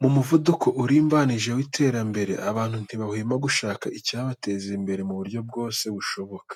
Mu muvuduko urimbanije w'iterambere abantu ntibahwema gushaka icyabateza imbere mu buryo bwose bushoboka.